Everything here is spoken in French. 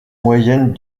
moyennes